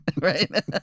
right